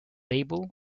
label